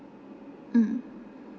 mm